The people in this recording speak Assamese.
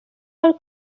ঘৰৰ